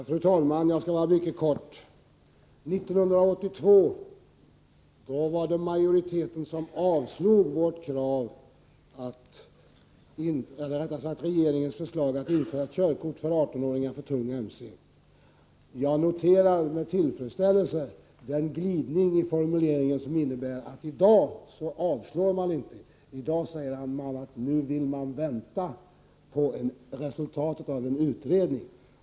Fru talman! Jag skall vara mycket kortfattad. År 1982 avslog majoriteten regeringens förslag om införande av körkort för tung mc för personer som fyllt 18 år. Jag noterar med tillfredsställelse den glidning i formuleringen som innebär att man i dag inte avstyrker detta förslag utan i stället säger att man vill vänta på resultatet av en utredning.